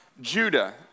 Judah